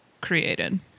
created